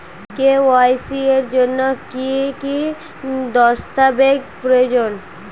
KYC এর জন্যে কি কি দস্তাবেজ প্রয়োজন?